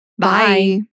Bye